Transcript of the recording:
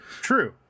True